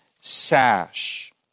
sash